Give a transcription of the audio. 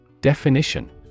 Definition